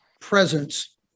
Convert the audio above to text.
presence